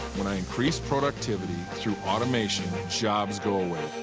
when i increase productivity through automation, jobs go away.